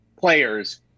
players